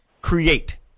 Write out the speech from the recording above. create